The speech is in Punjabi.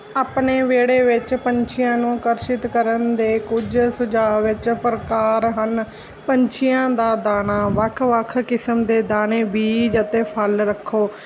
ਆਪਣੇ ਵਿਹੜੇ ਵਿੱਚ ਪੰਛੀਆਂ ਨੂੰ ਆਕਰਸ਼ਿਤ ਕਰਨ ਦੇ ਕੁਝ ਸੁਝਾਅ ਵਿੱਚ ਪ੍ਰਕਾਰ ਹਨ ਪੰਛੀਆਂ ਦਾ ਦਾਣਾ ਵੱਖ ਵੱਖ ਕਿਸਮ ਦੇ ਦਾਣੇ ਬੀਜ ਅਤੇ ਫਲ ਰੱਖੋ